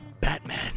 Batman